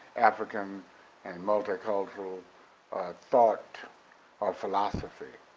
african and multicultural thought or philosophy,